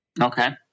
Okay